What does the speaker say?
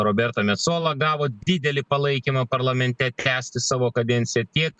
roberto mecola gavo didelį palaikymą parlamente tęsti savo kadenciją tiek